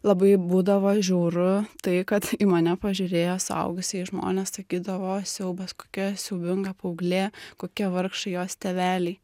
labai būdavo žiauru tai kad į mane pažiūrėję suaugusieji žmonės sakydavo siaubas kokia siaubinga paauglė kokie vargšai jos tėveliai